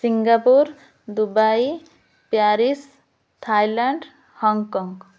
Singapore Dubai Paris Thailand Hong Kong